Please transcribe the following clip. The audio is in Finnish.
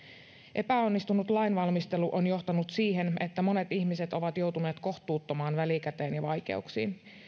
epäonnistunut lainvalmistelu on johtanut siihen että monet ihmiset ovat joutuneet kohtuuttomaan välikäteen ja vaikeuksiin